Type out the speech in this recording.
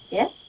Yes